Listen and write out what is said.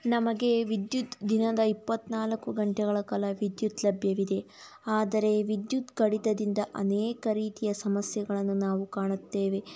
ನಮಗೆ ವಿದ್ಯುತ್ ದಿನದ ಇಪ್ಪತ್ತ್ನಾಲ್ಕು ಗಂಟೆಗಳ ಕಾಲ ವಿದ್ಯುತ್ ಲಭ್ಯವಿದೆ ಆದರೆ ವಿದ್ಯುತ್ ಕಡಿತದಿಂದ ಅನೇಕ ರೀತಿಯ ಸಮಸ್ಯೆಗಳನ್ನು ನಾವು ಕಾಣುತ್ತೇವೆ